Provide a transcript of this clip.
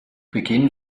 beginn